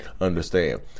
understand